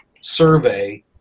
survey